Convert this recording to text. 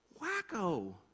wacko